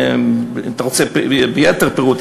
אם אתה רוצה יתר פירוט,